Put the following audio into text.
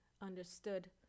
understood